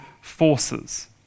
forces